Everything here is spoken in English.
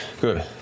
good